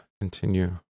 continue